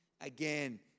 again